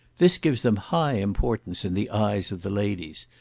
this gives them high importance in the eyes of the ladies.